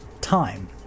time